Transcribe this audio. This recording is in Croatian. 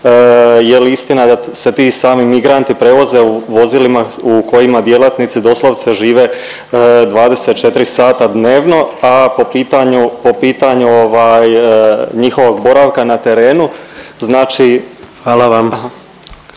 je li istina da se ti sami migranti prevoze u vozilima u kojima djelatnici doslovce žive 24 sata dnevno, a po pitanju njihovog boravka na terenu. Znači …